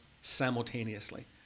simultaneously